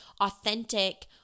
authentic